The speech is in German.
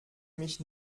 mich